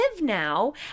now